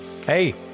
Hey